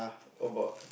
about